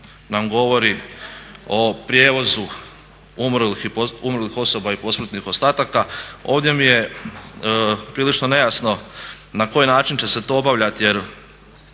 nam govori o prijevozu umrlih osoba i posmrtnih ostataka, ovdje mi je prilično nejasno na koji način će se to obavljati jer